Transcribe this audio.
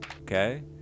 okay